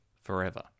forever